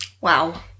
Wow